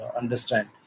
understand